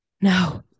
No